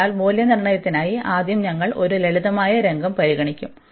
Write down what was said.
അതിനാൽ മൂല്യനിർണ്ണയത്തിനായി ആദ്യം ഞങ്ങൾ ഒരു ലളിതമായ രംഗം പരിഗണിക്കും